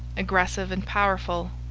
aggressive and powerful,